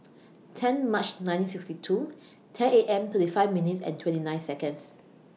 ten March nineteen sixty two ten A M thirty five minutes and twenty nine Seconds